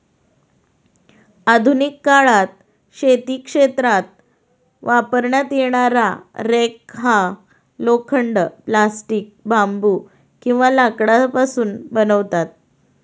आधुनिक काळात शेती क्षेत्रात वापरण्यात येणारा रेक हा लोखंड, प्लास्टिक, बांबू किंवा लाकडापासून बनवतात